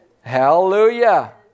Hallelujah